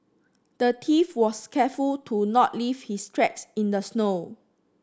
the thief was careful to not leave his tracks in the snow